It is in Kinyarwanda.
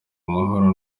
amahoro